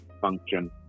function